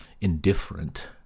indifferent